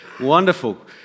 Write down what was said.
Wonderful